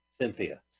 Cynthia